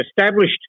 established